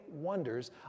wonders